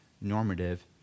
normative